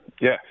Yes